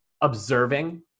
observing